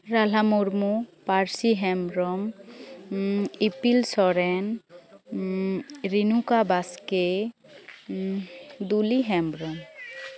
ᱨᱟᱞᱦᱟ ᱢᱩᱨᱢᱩ ᱯᱟᱨᱥᱤ ᱦᱮᱢᱵᱨᱚᱢ ᱤᱯᱤᱞ ᱥᱚᱨᱮᱱ ᱨᱮᱱᱩᱠᱟ ᱵᱟᱥᱠᱮ ᱫᱩᱞᱤ ᱦᱮᱢᱵᱨᱚᱢ